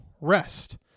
rest